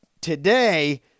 today